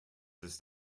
ist